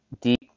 deep